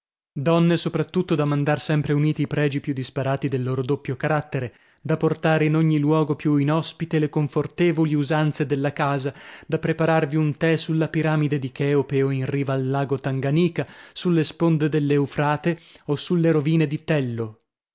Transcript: donne soprattutto da mandar sempre uniti i pregi più disparati del loro doppio carattere da portare in ogni luogo più inospite le confortevoli usanze della casa da prepararvi un tè sulla piramide di cheope o in riva al lago tanganika sulle sponde dell'eufrate o sulle rovine